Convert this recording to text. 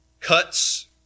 cuts